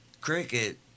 cricket